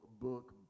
book